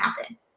happen